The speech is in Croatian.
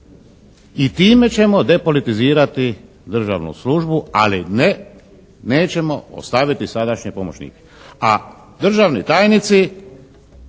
i time ćemo depolitizirati državnu službu ali nećemo ostaviti sadašnje pomoćnike. A državni tajnici